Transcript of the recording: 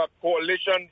coalition